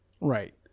Right